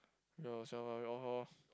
you yourself lor